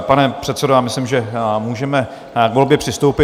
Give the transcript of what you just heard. Pane předsedo, já myslím, že můžeme k volbě přistoupit.